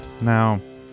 Now